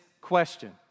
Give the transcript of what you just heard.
question